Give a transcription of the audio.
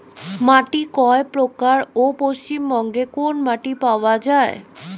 মাটি কয় প্রকার ও পশ্চিমবঙ্গ কোন মাটি পাওয়া য়ায়?